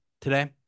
today